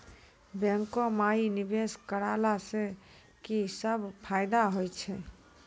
बैंको माई निवेश कराला से की सब फ़ायदा हो छै?